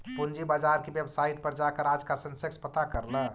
पूंजी बाजार की वेबसाईट पर जाकर आज का सेंसेक्स पता कर ल